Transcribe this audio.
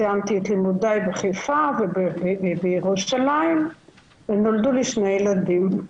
סיימתי את לימודיי בחיפה ובירושלים ונולדו לי שני ילדים.